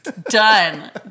Done